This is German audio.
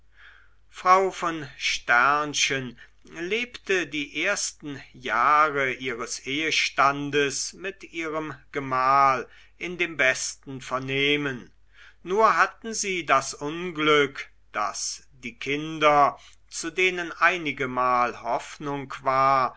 frau von lebte die ersten jahre ihres ehestandes mit ihrem gemahl in dem besten vernehmen nur hatten sie das unglück daß die kinder zu denen einigemal hoffnung war